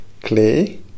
Clay